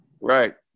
Right